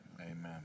Amen